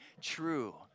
true